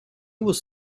was